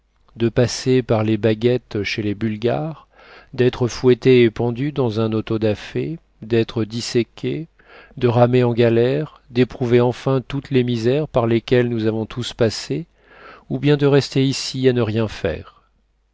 de passer par les baguettes chez les bulgares d'être fouetté et pendu dans un auto da fé d'être disséqué de ramer en galère d'éprouver enfin toutes les misères par lesquelles nous avons tous passé ou bien de rester ici à ne rien faire